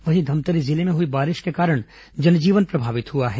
वहीं धमतरी जिले में हुई बारिश के कारण जनजीवन प्रभावित हुआ है